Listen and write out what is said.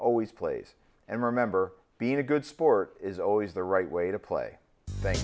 always plays and remember being a good sport is always the right way to play th